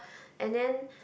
and then